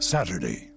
Saturday